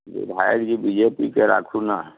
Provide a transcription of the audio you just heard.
जे भरि जी बीजेपीके राखू ने